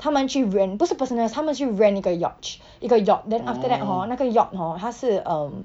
他们去 rent 不是 personal 他们去 rent 一个 yacht 一 yacht then after that hor 那个 yacht hor 他是 um